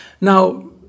Now